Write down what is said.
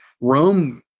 rome